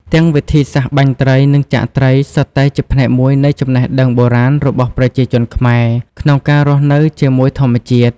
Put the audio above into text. ទាំងវិធីសាស្ត្របាញ់ត្រី និងចាក់ត្រីសុទ្ធតែជាផ្នែកមួយនៃចំណេះដឹងបុរាណរបស់ប្រជាជនខ្មែរក្នុងការរស់នៅជាមួយធម្មជាតិ។